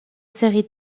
série